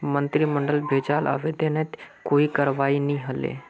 मंत्रिमंडलक भेजाल आवेदनत कोई करवाई नी हले